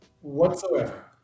whatsoever